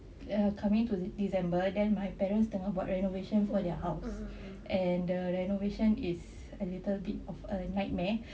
ya coming into december then my parents think about renovation for their house and the renovation is a little bit of a nightmare